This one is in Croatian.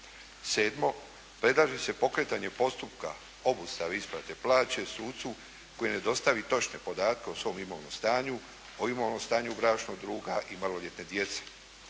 Sedmo, predlaže se pokretanje postupka obustave isplate plaće sucu koji ne dostavi točne podatke o svom imovnom stanju, o imovnom stanju bračnog druga i maloljetne djece.